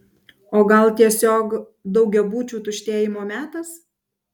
o gal tiesiog daugiabučių tuštėjimo metas